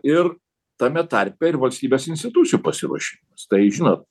ir tame tarpe ir valstybės institucijų pasiruošimas tai žinot